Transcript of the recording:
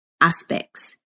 aspects